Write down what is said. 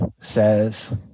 says